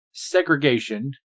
segregation